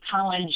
college